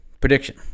prediction